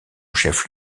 chef